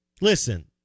Listen